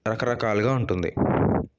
రకరకాలుగా ఉంటుంది